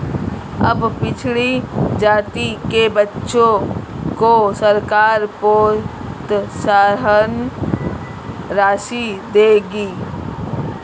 अब पिछड़ी जाति के बच्चों को सरकार प्रोत्साहन राशि देगी